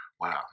Wow